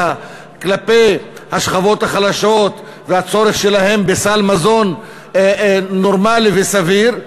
כלפי השכבות החלשות והצורך שלהן בסל מזון נורמלי וסביר,